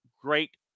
great